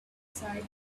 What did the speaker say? aside